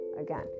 again